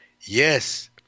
Yes